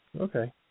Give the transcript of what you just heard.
Okay